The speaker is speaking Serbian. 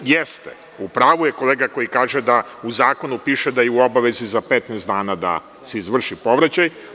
Jeste, upravu je kolega koji kaže da u zakonu piše da je u obavezi za 15 dana da se izvrši povraćaj.